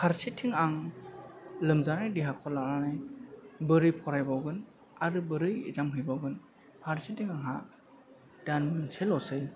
फारसेथिं आं लोमजानाय देहाखौ लानानै बोरै फरायबावगोन आरो बोरै इगजाम हैबावगोन फारसेथिं आंहा दान मोनसेल'सै